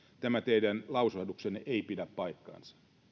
tämä teidän lausahduksenne ei pidä paikkaansa